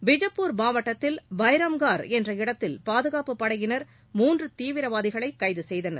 பிஜப்பூர் மாவட்டத்தில் பைராம்கள் என்ற இடத்தில் பாதுகாப்புப் படையினர் மூன்று தீவிரவாதிகளை கைது செய்தனர்